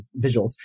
visuals